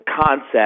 concept